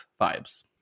vibes